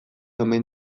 omen